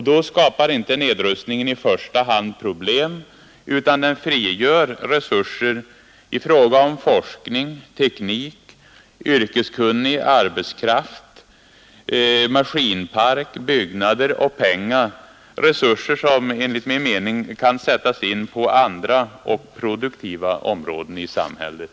Då skapar inte nedrustningen i första hand problem utan frigör resurser i fråga om forskning, teknik, yrkeskunnig arbetskraft, maskinpark, byggnader och pengar — resurser som kan sättas in på andra och produktiva områden i samhället.